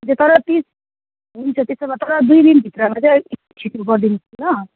तर तिस हुन्छ त्यसो भए दुई दिनभित्रमा अलिक छिटो गरिदिनुहोस् ल